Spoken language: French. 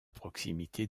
proximité